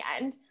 end